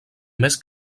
més